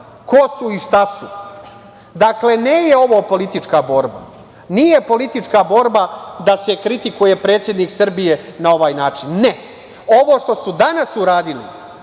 ko su i šta su. Dakle, nije ovo politička borba, nije politička borba da se kritikuje predsednik Srbije na ovaj način. Ne, ovo što su danas uradili